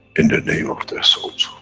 in the name of their souls,